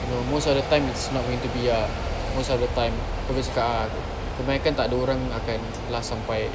you know most of the time it's not going to be ah most of the time kau boleh cakap ah kebanyakkan tak ada orang akan last sampai